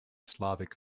slavic